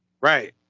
Right